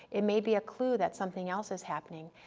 it may be a clue that something else is happening,